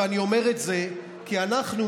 ואני אומר את זה כי אנחנו,